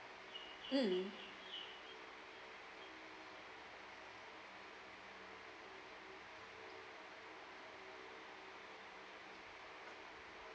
mm